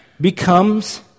becomes